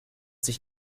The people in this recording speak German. sich